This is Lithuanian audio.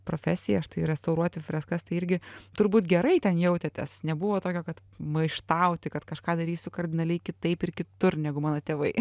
profesiją restauruoti freskas tai irgi turbūt gerai ten jautėtės nebuvo tokio kad maištauti kad kažką darysiu kardinaliai kitaip ir kitur negu mano tėvai